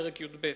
פרק י"ב